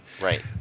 Right